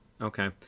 Okay